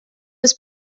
was